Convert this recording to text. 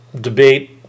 debate